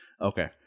Okay